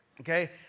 okay